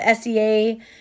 SEA